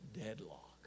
deadlock